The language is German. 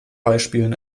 beispielen